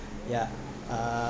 ya uh